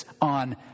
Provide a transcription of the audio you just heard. on